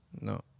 No